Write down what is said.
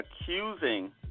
accusing